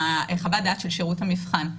חוות הדעת של שירות המבחן,